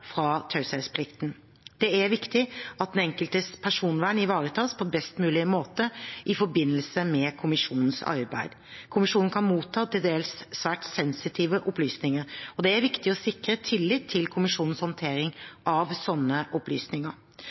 fra taushetsplikten. Det er viktig at den enkeltes personvern ivaretas på best mulig måte i forbindelse med kommisjonens arbeid. Kommisjonen kan motta til dels svært sensitive opplysninger, og det er viktig å sikre tillit til kommisjonens håndtering av sånne opplysninger.